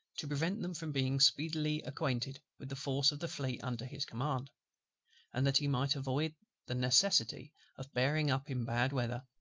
to prevent them from being speedily acquainted with the force of the fleet under his command and that he might avoid the necessity of bearing up in bad weather,